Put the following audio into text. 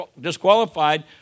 disqualified